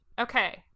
Okay